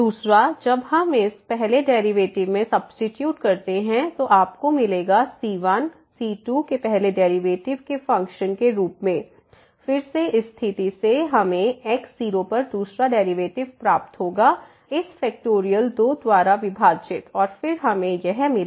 दूसरा जब हम इस पहले डेरिवेटिव में सब्सीट्यूट करते हैं तो आपको मिलेगा c1 c2 के पहले डेरिवेटिव के फ़ंक्शन के रूप में फिर से इस स्थिति सेहमें x0 पर दूसरा डेरिवेटिव प्राप्त होगा इस फैक्टोरियल 2 द्वारा विभाजित और फिर cnfnx0n